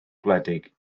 gwledig